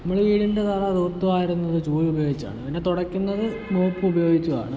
നമ്മൾ വീടിൻ്റെ തറ തൂത്തു വാരുന്നത് ചൂലുപയോഗിച്ചാണ് പിന്നെ തുടയ്ക്കുന്നത് മോപ്പുപയോഗിച്ചു ആണ്